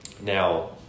Now